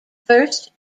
first